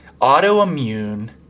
autoimmune